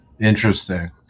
interesting